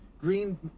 green